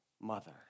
mother